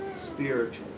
spiritual